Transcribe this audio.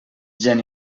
gent